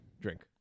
Drink